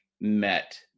met